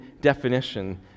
definition